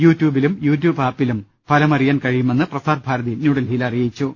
U ട്യൂബിലും YouTube ആപ്പിലും ഫലം അറിയാൻ കഴിയുമെന്ന് പ്രസാർഭാരതി ന്യൂഡൽഹിയിൽ അറിയിച്ചു